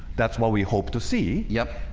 that's what we hope to see yep,